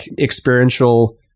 experiential